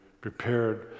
prepared